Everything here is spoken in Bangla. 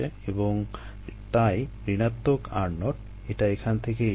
এবং তাই ঋণাত্মক r0 এটা এখান থেকেই এসেছে